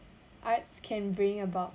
arts can bring about